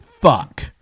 fuck